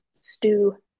stew